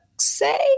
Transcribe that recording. say